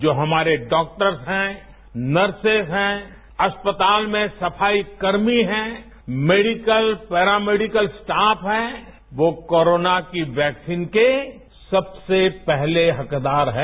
जो हमारे डाक्टर्स हैं नर्सिस हैं अस्पताल में सफाई कर्मी है मेडिकल पेरामैडिकल स्टॉफ हैं वो कोरोना की वैक्सीन के सबसे पहले हकदार हैं